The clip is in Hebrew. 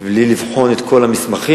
בלי לבחון את כל המסמכים.